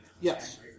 Yes